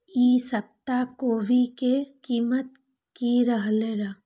ई सप्ताह कोवी के कीमत की रहलै?